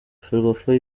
ferwafa